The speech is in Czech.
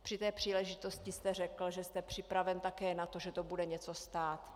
Při té příležitosti jste řekl, že jste připraven také na to, že to bude něco stát.